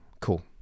Cool